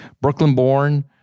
Brooklyn-born